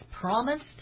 promised